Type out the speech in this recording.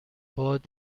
باد